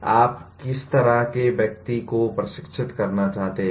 आप किस तरह के व्यक्ति को प्रशिक्षित करना चाहते हैं